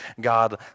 God